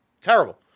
terrible